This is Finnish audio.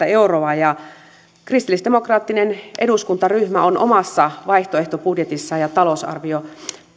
euroa kristillisdemokraattinen eduskuntaryhmä on omassa vaihtoehtobudjetissaan ja talousar